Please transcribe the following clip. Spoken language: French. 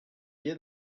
gai